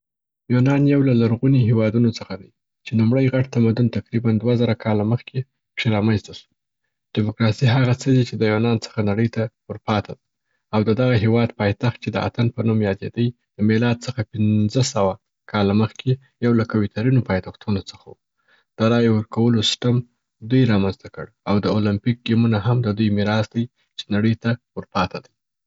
یونان یو له لرغوني هیوادونو څخه دی چې لوموړی غټ تمدون تقریباً دوه زره کاله مخکي پکښي رامنځ ته سو. ډیموګراسي هغه څه دي چې د یونان څخه نړۍ ته ور پاته ده او د دغه هیواد پایتخت چې د اتن په نوم یادیدی د میلاد څخه پنځه سوه کاله مخکي یو له قوي ترینو پایتختونو څخه و. د رايې ورکولو سیسټم دوی را منځ ته کړ او د اولمپیک ګیمونه هم د دوی میراث دی چې نړۍ ته ور پاته ده.